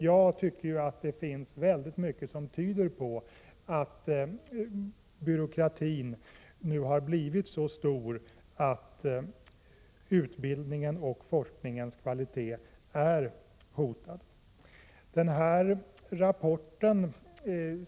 Jag tycker att det finns mycket som tyder på att byråkratin nu har blivit så stor att utbildningens och forskningens kvalitet är hotad.